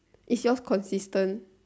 is yours consistent